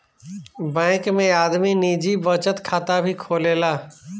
bank में आदमी निजी बचत खाता भी खोलेला